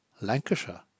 Lancashire